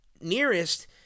Nearest